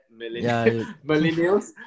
Millennials